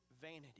vanity